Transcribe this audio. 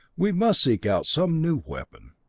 we must seek out some new weapon.